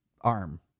arm